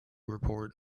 report